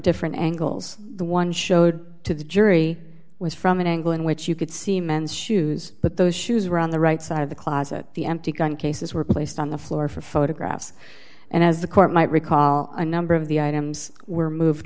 different angles the one showed to the jury was from an angle in which you could see men's shoes but those shoes were on the right side of the closet the empty gun cases were placed on the floor for photographs and as the court might recall a number of the items were moved